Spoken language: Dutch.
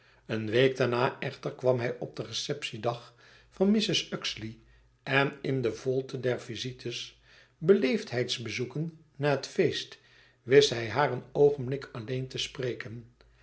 een week daarna echter kwam hij op den receptie dag van mrs uxeley en in de volte der visites beleefdheidsbezoeken na het feest wist hij haar een oogenblik alleen te spreken